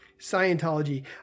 Scientology